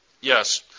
Yes